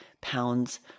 pounds